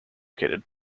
located